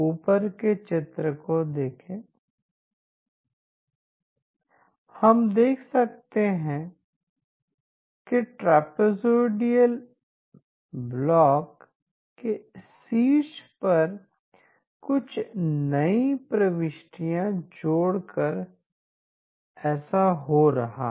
ऊपर के चित्र को देखें हम देख सकते हैं कि ट्रेपेज़ोइडल ब्लॉक के शीर्ष पर कुछ नई प्रविष्टियाँ जोड़कर ऐसा हो रहा है